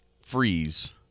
freeze